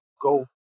go